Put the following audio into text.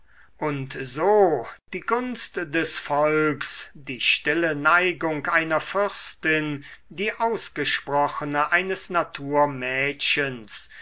und so die gunst des volks die stille neigung einer fürstin die ausgesprochene eines naturmädchens